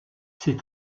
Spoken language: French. ses